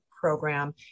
program